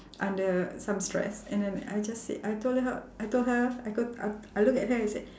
under some stress and then I just said I told her I told her I go I I looked at her and said